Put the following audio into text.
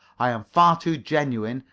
i am far too genuine,